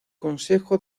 consejo